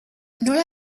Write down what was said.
nola